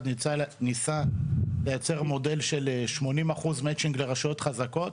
ניסה לייצר מודל של 80% לרשויות חזקות,